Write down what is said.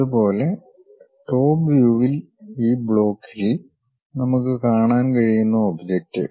അതുപോലെ ടോപ് വ്യൂവിൽ ഈ ബ്ലോക്കിൽ നമുക്ക് കാണാൻ കഴിയുന്ന ഒബ്ജക്റ്റ്